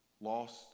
Lost